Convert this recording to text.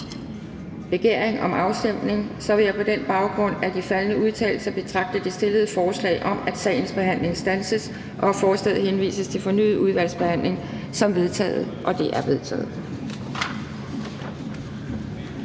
forslag om afbrydelse. Hvis ikke afstemning begæres, vil jeg betragte det stillede forslag om, at sagens behandling standses, og at forslaget henvises til fornyet udvalgsbehandling, som vedtaget. Det er vedtaget.